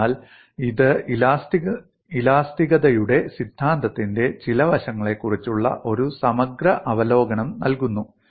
അതിനാൽ ഇത് ഇലാസ്തികതയുടെ സിദ്ധാന്തത്തിന്റെ ചില വശങ്ങളെക്കുറിച്ചുള്ള ഒരു സമഗ്ര അവലോകനം നൽകുന്നു